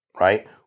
right